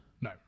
No